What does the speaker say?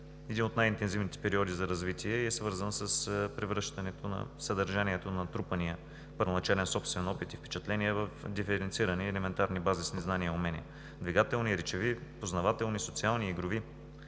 един от най-интензивните периоди за развитие и е свързан с превръщането на съдържанието на натрупания първоначален собствен опит и впечатление в диференцирани и елементарни базисни знания и умения – двигателни, речеви, познавателни, социални и други.